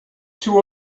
two